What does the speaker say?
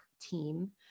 team